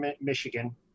Michigan